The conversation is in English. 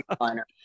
liner